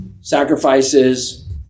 sacrifices